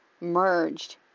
merged